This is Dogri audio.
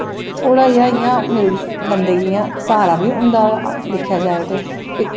ते थोह्ड़ा जेहा बंदे गी इयां स्हारा बी होंदा ऐ दिक्खेआ जाए ते